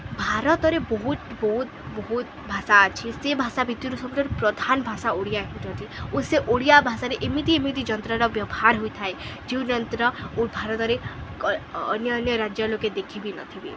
ଭାରତରେ ବହୁତ୍ ବହୁତ୍ ବହୁତ୍ ଭାଷା ଅଛି ସେ ଭାଷା ଭିତ୍ରୁ ସବୁଠାରୁ ପ୍ରଧାନ ଭାଷା ଓଡ଼ିଆ ହେଉଛନ୍ତି ଓ ସେ ଓଡ଼ିଆ ଭାଷାରେ ଏମିତି ଏମିତି ଯନ୍ତ୍ରର ବ୍ୟବହାର ହୋଇଥାଏ ଯେଉଁ ଯନ୍ତ୍ର ଓ ଭାରତରେ ଅନ୍ୟ ଅନ୍ୟ ରାଜ୍ୟ ଲୋକେ ଦେଖି ବି ନଥିବେ